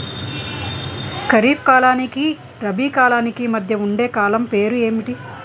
ఖరిఫ్ కాలానికి రబీ కాలానికి మధ్య ఉండే కాలం పేరు ఏమిటి?